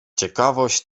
ciekawość